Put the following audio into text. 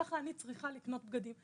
וכך אני צריכה לקנות בגדים.